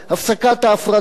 הפסקת ההפרדה.